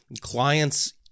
clients